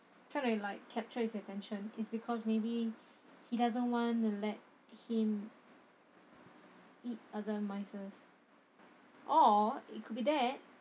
try to like capture his attention is because maybe he doesn't want to let him eat other mices or it could be that